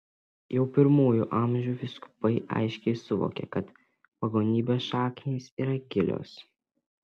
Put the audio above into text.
jau pirmųjų amžių vyskupai aiškiai suvokė kad pagonybės šaknys yra gilios